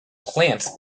plants